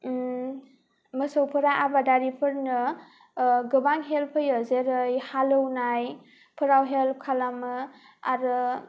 मोसौफोरा आबादारिफोरनो गोबां हेल्प होयो जोरै हालेवनायफोराव हेल्प खालामो आरो